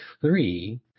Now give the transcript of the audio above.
three